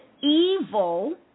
evil